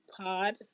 pod